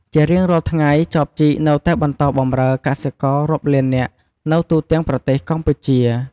ជារៀងរាល់ថ្ងៃ ចបជីកនៅតែបន្តបម្រើកសិកររាប់លាននាក់នៅទូទាំងប្រទេសកម្ពុជា។